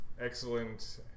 excellent